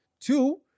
Two